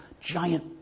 giant